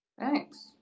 Thanks